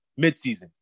midseason